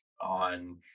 on